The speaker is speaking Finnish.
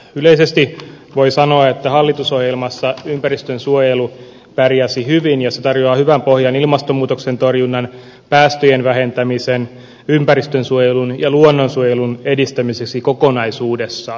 yleisesti voi sanoa että hallitusohjelmassa ympäristönsuojelu pärjäsi hyvin ja se tarjoaa hyvän pohjan ilmastonmuutoksen torjunnan päästöjen vähentämisen ympäristönsuojelun ja luonnonsuojelun edistämiseksi kokonaisuudessaan